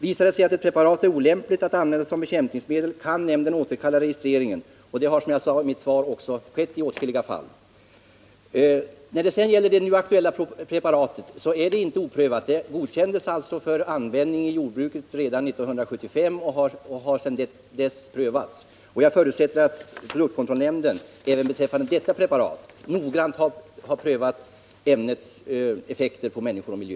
Visar det sig att ett preparat är olämpligt att använda som bekämpningsmedel, kan nämnden återkalla registreringen, och det har, som jag sade i mitt första anförande, också skett i åtskilliga fall. När det sedan gäller det nu aktuella preparatet vill jag framhålla att det inte är oprövat. Det godkändes för användning i jordbruket redan 1975 och har sedan dess prövats. Jag förutsätter att produktkontrollnämnden även när det gäller användningen av detta preparat noggrant har prövat effekterna på människor och miljö.